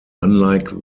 unlike